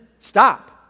stop